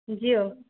Jio